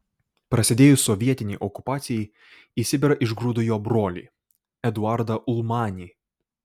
prasidėjus sovietinei okupacijai į sibirą išgrūdo jo brolį eduardą ulmanį